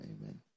Amen